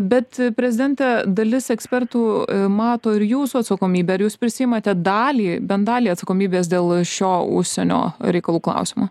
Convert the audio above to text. bet prezidente dalis ekspertų mato ir jūsų atsakomybę ar jūs prisiimate dalį bent dalį atsakomybės dėl šio užsienio reikalų klausimo